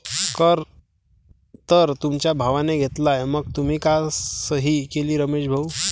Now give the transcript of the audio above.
कर तर तुमच्या भावाने घेतला आहे मग तुम्ही का सही केली रमेश भाऊ?